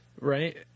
Right